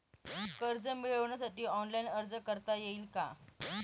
कर्ज मिळविण्यासाठी ऑनलाइन अर्ज करता येईल का?